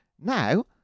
Now